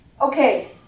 Okay